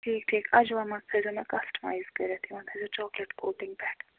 ٹھیٖک ٹھیٖک اجوا منٛز تھٲوِزیٚو مےٚ کَسٹَمایِز کٔرِتھ یا تھٲوِزیٚو چاکلیٹ کوٹِنٛگ پٮ۪ٹھ